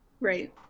Right